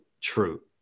true